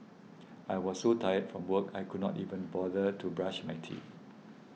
I was so tired from work I could not even bother to brush my teeth